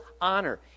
honor